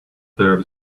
there